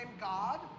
God